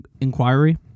inquiry